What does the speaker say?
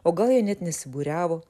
o gal jie net nesibūriavo